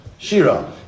Shira